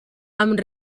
amb